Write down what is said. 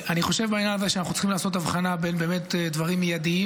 בעניין הזה אני חושב שאנחנו צריכים לעשות הבחנה באמת בין דברים מיידיים,